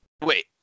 wait